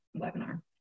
webinar